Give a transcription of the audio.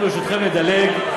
אנחנו, ברשותכם, נדלג.